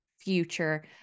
future